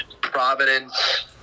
Providence